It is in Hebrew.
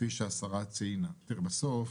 כפי שהשרה ציינה בסוף,